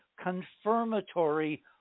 confirmatory